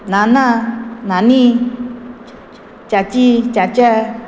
नाना नानी चाची चाचा